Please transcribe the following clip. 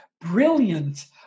brilliant